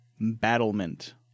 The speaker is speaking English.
battlement